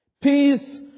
Peace